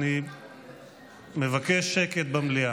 אני מבקש שקט במליאה.